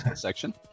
section